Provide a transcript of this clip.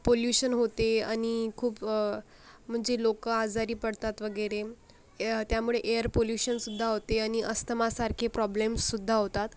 pollution होते आणि खूप म्हणजे लोकं आजारी पडतात वगैरे य त्यामुळे एयर पोल्यूशनसुद्दा होते आणि अस्थमासारखे प्रॉब्लेमसुद्धा होतात